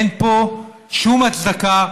אין פה שום הצדקה,